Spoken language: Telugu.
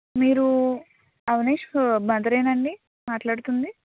మీరు అవనాష మథరేనాండి మాటలాడుతుంది